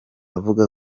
avuga